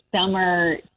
summer